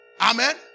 Amen